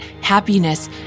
Happiness